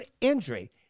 injury